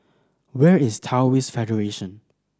where is Taoist Federation